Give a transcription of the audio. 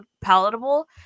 palatable